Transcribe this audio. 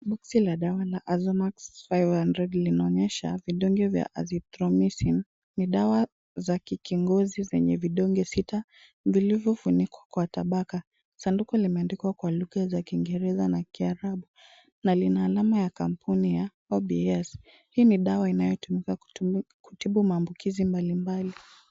Boksi la dawa la Azomax five hundred linaonyesha vidonge vya Azythromicin. Ni dawa za kikingozi zenye vidonge sita zilizofunikwa kwa tabaka. Sanduku limeandikwa ka lugha za Kiingereza na Kiarabu na lina alama ya kampuni ya OBS. Hii ni dawa inayotumika kutibu maambukizi mbalimbali.